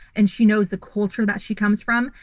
and she knows the culture that she comes from.